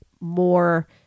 more